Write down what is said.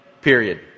period